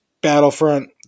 Battlefront